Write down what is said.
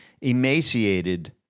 emaciated